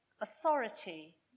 authority